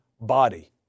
body